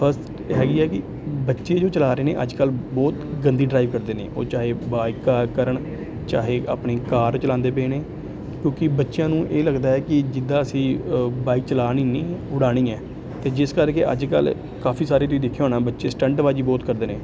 first ਹੈਗੀ ਹੈ ਕਿ ਬੱਚੇ ਜੋ ਚਲਾ ਰਹੇ ਨੇ ਅੱਜ ਕੱਲ੍ਹ ਬਹੁਤ ਗੰਦੀ ਡਰਾਈਵ ਕਰਦੇ ਨੇ ਉਹ ਚਾਹੇ ਬਾਈਕਾਂ ਕਰਨ ਚਾਹੇ ਆਪਣੀ ਕਾਰ ਚਲਾਉਂਦੇ ਪਏ ਨੇ ਕਿਉਂਕਿ ਬੱਚਿਆਂ ਨੂੰ ਇਹ ਲੱਗਦਾ ਕਿ ਜਿੱਦਾਂ ਅਸੀਂ ਬਾਈਕ ਚਲਾਉਣੀ ਨਹੀਂ ਉੜਾਉਣੀ ਹੈ ਅਤੇ ਜਿਸ ਕਰਕੇ ਅੱਜ ਕੱਲ੍ਹ ਕਾਫੀ ਸਾਰੇ ਤੁਸੀਂ ਦੇਖਿਆ ਹੋਣਾ ਬੱਚੇ ਸਟੰਟਬਾਜੀ ਬਹੁਤ ਕਰਦੇ ਨੇ